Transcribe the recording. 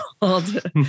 called